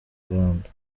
rwanda